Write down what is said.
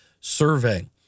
survey